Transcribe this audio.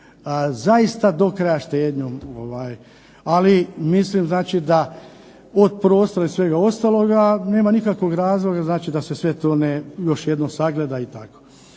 zaista do kraja štednjom. Ali mislim da od prostora i svega ostaloga nema nikakvog razloga da se sve to još jednom sagleda i tako.